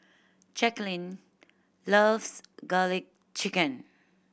Jacquelyn loves Garlic Chicken